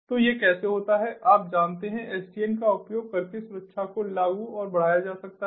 तो यह कैसे है आप जानते हैं SDN का उपयोग करके सुरक्षा को लागू और बढ़ाया जाता है